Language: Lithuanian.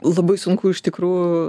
labai sunku iš tikrųjų